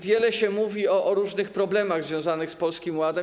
Wiele się mówi o różnych problemach związanych z Polskim Ładem.